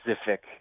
specific